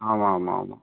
ஆமாம் ஆமாம் ஆமாம்